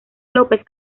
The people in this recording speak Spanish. lópez